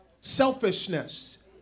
selfishness